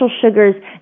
sugars